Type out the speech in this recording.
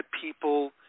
people